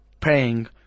paying